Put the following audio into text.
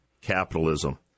capitalism